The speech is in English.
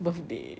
birthday